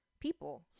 people